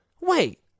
Wait